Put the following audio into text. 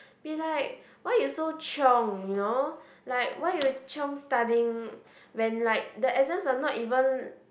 be like why you so chiong you know like why you chiong studying when like the exams are not even